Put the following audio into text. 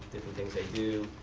things they do.